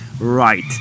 Right